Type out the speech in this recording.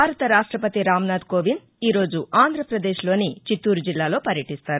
భారత రాష్షవతి రామ్నాథ్ కోవింద్ ఈరోజు ఆంధ్రవదేశ్లోని చిత్తూరుజిల్లాలో వర్యటిస్తారు